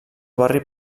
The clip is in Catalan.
barri